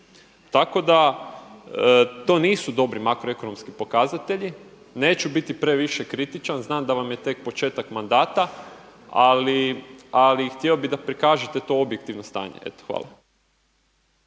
Tako da to nisu dobri makroekonomski pokazatelji, neću biti previše kritičan znam da vam je tek početak mandata ali htio bih da prikažete to objektivno stanje. Eto hvala.